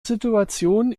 situation